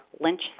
Lynch